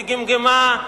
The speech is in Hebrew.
היא גמגמה,